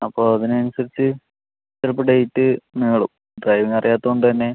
അപ്പോൾ അതിന് അനുസരിച്ച് ചിലപ്പോൾ ഡേറ്റ് നീളും ഡ്രൈവിംഗ് അറിയാത്തതുകൊണ്ട് തന്നെ